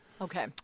Okay